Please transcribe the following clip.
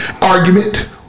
Argument